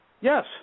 Yes